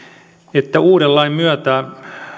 että uuden lain myötä